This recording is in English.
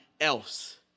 else